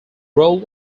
role